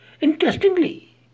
Interestingly